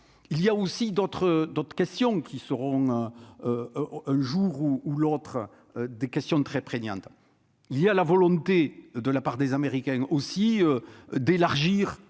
d'autres, d'autres questions qui seront un jour ou l'autre des questions très prégnante, il y a la volonté de la part des Américains aussi d'élargir,